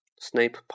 Snape